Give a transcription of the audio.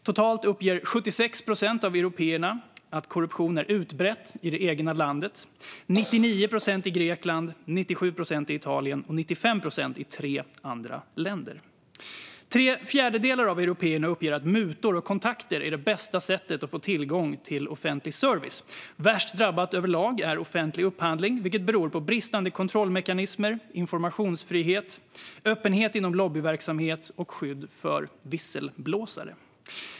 Totalt uppger 76 procent av européerna att korruption är utbrett i det egna landet, 99 procent i Grekland, 97 procent i Italien och 95 procent i tre andra länder. Tre fjärdedelar av européerna uppger att mutor och kontakter är det bästa sättet att få tillgång till offentlig service. Värst drabbat överlag är offentlig upphandling, vilket beror på bristande kontrollmekanismer, informationsfrihet, öppenhet inom lobbyverksamhet och skydd för visselblåsare.